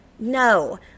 No